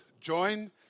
join